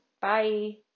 Bye